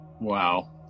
Wow